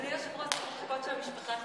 אדוני היושב-ראש, צריך לחכות שהמשפחה תצא.